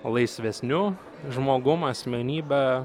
laisvesniu žmogum asmenybe